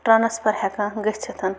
transfer ہٮ۪کان گٔژھِتھ